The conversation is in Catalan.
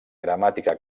gramàtica